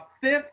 fifth